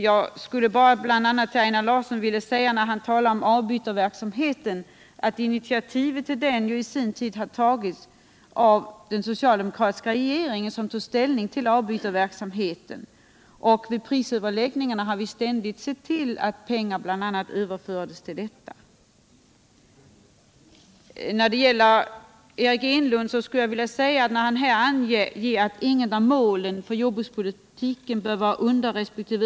Jag skulle bl.a. till Einar Larsson vilja säga, när han talar om avbytarverksamhet, att initiativet till den togs ju på sin tid av den socialdemokratiska regeringen, och vid prisöverläggningarna har vi ständigt sett till att pengar överförts till detta. När Eric Enlund säger att inget av målen för jordbrukspolitiken bör vara underresp.